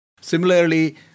Similarly